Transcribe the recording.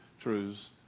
truths